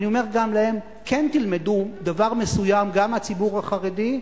אני אומר גם להם: כן תלמדו דבר מסוים גם מהציבור החרדי,